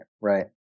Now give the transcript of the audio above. right